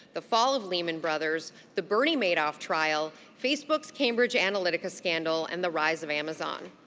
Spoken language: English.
the fall of lehman brothers, the bernie madoff trial, facebook's cambridge analytica scandal, and the rise of amazon.